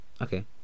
Okay